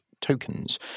Tokens